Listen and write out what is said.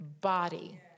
body